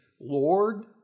Lord